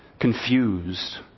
confused